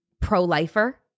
pro-lifer